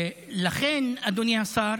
לכן, אדוני השר,